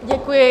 Děkuji.